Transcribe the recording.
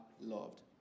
loved